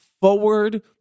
forward